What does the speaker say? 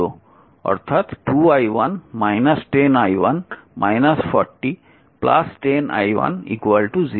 অর্থাৎ 2i1 10i1 40 10i1 0